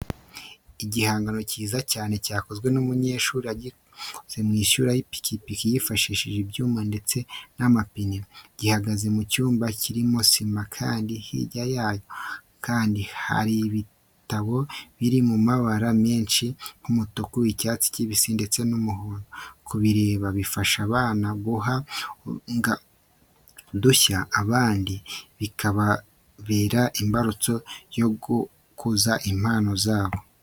Igihangano cyiza cyane cyakozwe n'umunyabugeni, agikora mu isura y'ipikipiki yifashishije ibyuma ndetse n'amapine. Gihagaze mu cyumba kirimo isima kandi hirya yayo kandi hari ibitambaro biri mu mabara menshi nk'umutuku, icyatsi kibisi ndetse n'umuhondo. Kukireba bifasha abana guhanga udushya, abandi bikababera imbarutso yo gukuza impano zabo.